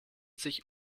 sich